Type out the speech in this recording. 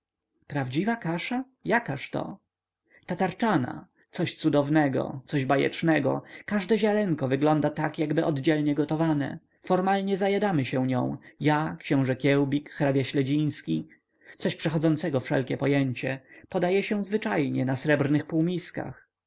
prawdziwa kasza jakaż to tatarczana coś cudownego coś bajecznego każde ziarnko wygląda tak jakby oddzielnie gotowane formalnie zajadamy się nią ja książe kiełbik hrabia śledziński coś przechodzącego wszelkie pojęcie podaje się zwyczajnie na srebrnych